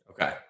Okay